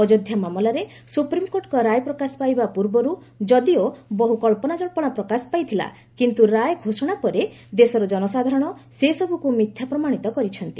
ଅଯୋଧ୍ୟା ମାମଲାରେ ସୁପ୍ରିମକୋର୍ଟଙ୍କ ରାୟ ପ୍ରକାଶ ପାଇବା ପୂର୍ବରୁ ଯଦିଓ ବହୁ କଳ୍ପନା କଳ୍ପନା ପ୍ରକାଶ ପାଇଥିଲା କିନ୍ତୁ ରାୟ ଘୋଷଣା ପରେ ଦେଶର ଜନସାଧାରଣ ସେ ସବୁକୁ ମିଥ୍ୟା ପ୍ରମାଣିତ କରିଛନ୍ତି